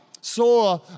saw